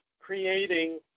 creating